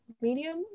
medium